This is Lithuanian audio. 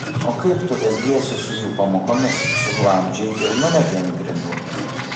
o kaip tu elgiesi su jų pamokomis suglamžei ir numetei ant grindų